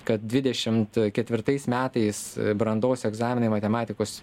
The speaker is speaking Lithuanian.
kad dvidešimt ketvirtais metais brandos egzaminai matematikos